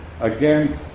Again